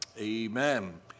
Amen